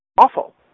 Awful